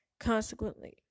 Consequently